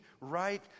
right